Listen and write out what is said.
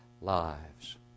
lives